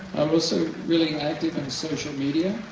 um also really active on social media.